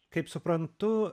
kaip suprantu